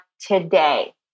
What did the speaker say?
today